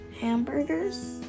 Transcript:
hamburgers